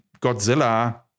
Godzilla